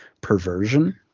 perversion